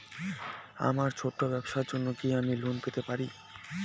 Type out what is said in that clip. আমার ছোট্ট ব্যাবসার জন্য কি আমি লোন পেতে পারি?